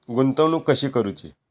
गुंतवणूक कशी करूची?